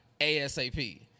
asap